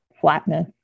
flatness